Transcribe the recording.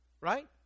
right